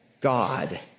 God